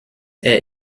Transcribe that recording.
est